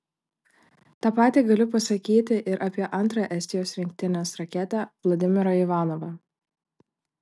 tą patį galiu pasakyti ir apie antrą estijos rinktinės raketę vladimirą ivanovą